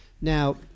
Now